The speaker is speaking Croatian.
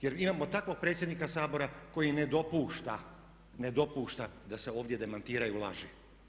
Jer imamo takvog predsjednika Sabora koji ne dopušta da se ovdje demantiraju laži.